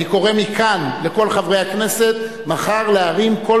אני קורא מכאן לכל חברי הכנסת מחר להרים קול